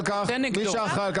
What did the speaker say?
צא נגדו.